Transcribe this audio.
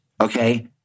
Okay